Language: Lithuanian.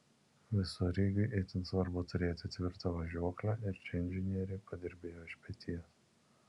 visureigiui itin svarbu turėti tvirtą važiuoklę ir čia inžinieriai padirbėjo iš peties